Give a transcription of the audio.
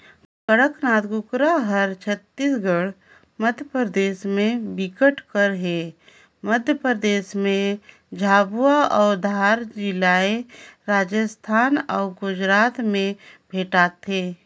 कड़कनाथ कुकरा हर छत्तीसगढ़, मध्यपरदेस में बिकट कर हे, मध्य परदेस में झाबुआ अउ धार जिलाए राजस्थान अउ गुजरात में भेंटाथे